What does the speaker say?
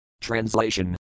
Translation